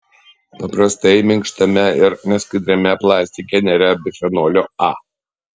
paprastai minkštame ir neskaidriame plastike nėra bisfenolio a